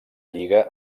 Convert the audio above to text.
lliga